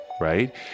right